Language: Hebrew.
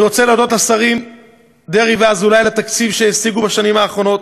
אני רוצה להודות לשרים דרעי ואזולאי על התקציב שהשיגו בשנים האחרונות,